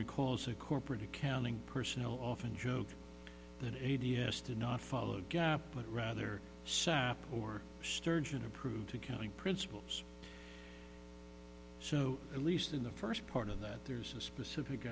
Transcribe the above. recalls a corporate accounting personal often joke that a d s did not follow gap but rather sap or sturgeon approved accounting principles so at least in the first part of that there's a specific